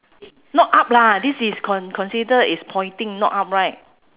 not up lah this is con~ consider is pointing not up right